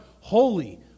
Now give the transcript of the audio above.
Holy